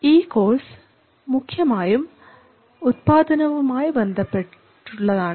ഈ കോഴ്സ് മുഖ്യമായും ഉത്പാദനവുമായി ബന്ധപ്പെട്ടുള്ളതാണ്